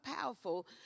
powerful